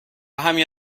همین